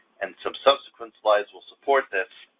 and some subsequent slides will support this,